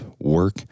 work